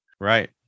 Right